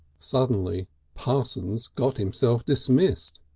suddenly parsons got himself dismissed.